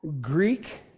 Greek